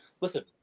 Listen